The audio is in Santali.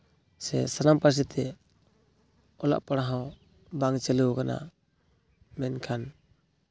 ᱥᱮ ᱥᱟᱱᱟᱢ ᱯᱟᱹᱨᱥᱤᱛᱮ ᱚᱞᱚᱜ ᱯᱟᱲᱦᱟᱣ ᱵᱟᱝ ᱪᱟᱹᱞᱩ ᱠᱟᱱᱟ ᱢᱮᱱᱠᱷᱟᱱ